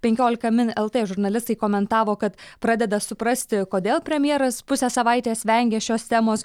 penkiolika min lt žurnalistai komentavo kad pradeda suprasti kodėl premjeras pusę savaitės vengė šios temos